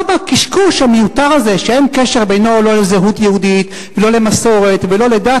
גם הקשקוש המיותר הזה שאין קשר בינו לזהות יהודית ולא למסורת ולא לדת,